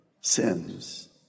sins